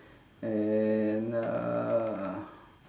and uh